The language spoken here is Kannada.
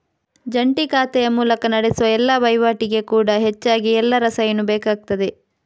ಜಂಟಿ ಖಾತೆಯ ಮೂಲಕ ನಡೆಸುವ ಎಲ್ಲಾ ವೈವಾಟಿಗೆ ಕೂಡಾ ಹೆಚ್ಚಾಗಿ ಎಲ್ಲರ ಸೈನು ಬೇಕಾಗ್ತದೆ